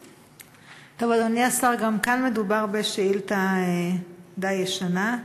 טוב, אדוני השר, גם כאן מדובר בשאילתה די ישנה,